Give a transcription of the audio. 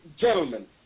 gentlemen